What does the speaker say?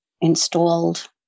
installed